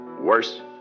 worse